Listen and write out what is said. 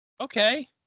Okay